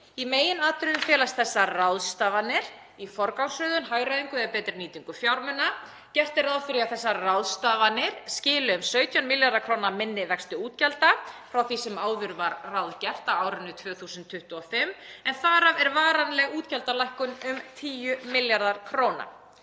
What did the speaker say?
Í meginatriðum felast þessar ráðstafanir í forgangsröðun, hagræðingu eða betri nýtingu fjármuna […] Gert er ráð fyrir að þessar ráðstafanir skili um 17 ma.kr. minni vexti útgjalda frá því sem áður var ráðgert á árinu 2025 en þar af er varanleg útgjaldalækkun um 10 ma.kr.“